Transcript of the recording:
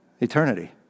Eternity